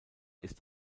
ist